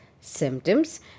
symptoms